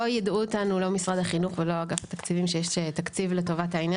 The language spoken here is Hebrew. לא יידעו אותנו לא אגף החינוך ולא אגף התקציבים שיש תקציב לטובת העניין.